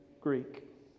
Greek